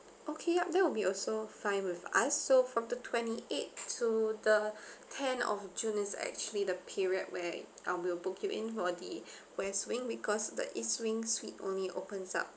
okay yup that will be also fine with us so from the twenty eight to the tenth of june is actually the period where I will book you in for the west wing because the east wing suite only opens up